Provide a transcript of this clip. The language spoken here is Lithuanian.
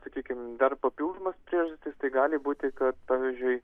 sakykim dar papildomas priežastis tai gali būt kad pavyzdžiui